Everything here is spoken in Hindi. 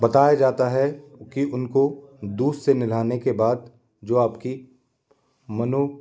बताया जाता है कि उनको दूध से नहलाने के बाद जो आप की मनो